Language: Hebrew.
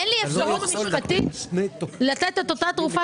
אין לי אפשרות משפטית לתת את אותה תרופה